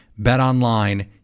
BetOnline